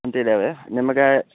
ಅಂತಿದ್ದಾವೆ ನಿಮಗೆ